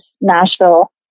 Nashville